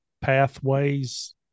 pathways